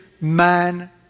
man